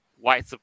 white